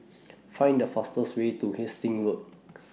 Find The fastest Way to Hastings Road